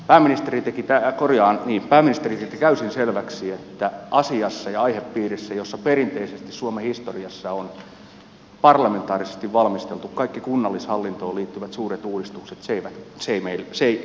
pääministeri teki täysin selväksi että asiassa ja aihepiirissä jossa perinteisesti suomen historiassa on parlamentaarisesti valmisteltu kaikki kunnallishallintoon liittyvät suuret uudistukset se yhteistyö ei käy